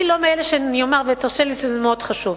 אני לא מאלה שאומרים, תרשה לי, כי זה מאוד חשוב.